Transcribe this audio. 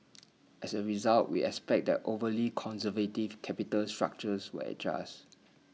as A result we expect that overly conservative capital structures will adjust